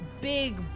big